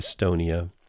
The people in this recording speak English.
Estonia